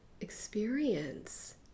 experience